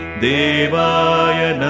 Devaya